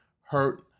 hurt